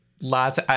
Lots